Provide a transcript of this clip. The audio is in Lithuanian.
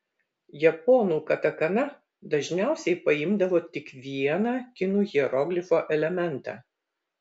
japonų katakana dažniausiai paimdavo tik vieną kinų hieroglifo elementą